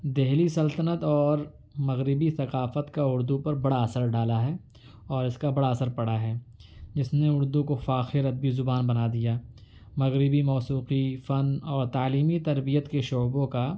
دہلی سلطنت اور مغربی ثقافت کا اردو پر بڑا اثر ڈالا ہے اور اس کا بڑا اثر پڑا ہے جس نے اردو کو فاخر ادبی زبان بنا دیا مغربی موسیقی فن اور تعلیمی تربیت کے شعبوں کا